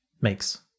makes